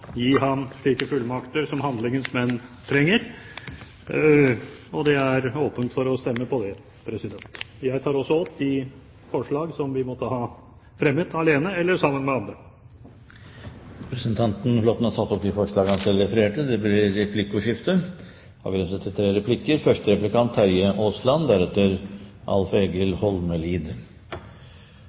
gi ham slike fullmakter som handlingens menn trenger. Det er åpent for å stemme på det. Jeg tar også opp de forslag som vi har fremmet, alene eller sammen med andre. Representanten Svein Flåtten har tatt opp de forslag han refererte til. Det blir replikkordskifte.